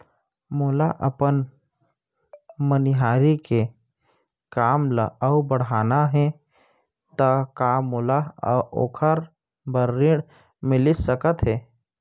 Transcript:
मोला अपन मनिहारी के काम ला अऊ बढ़ाना हे त का मोला ओखर बर ऋण मिलिस सकत हे?